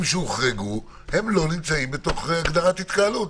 שהוחרגו לא נמצאים בתוך הגדרת התקהלות,